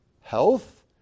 health